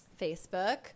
Facebook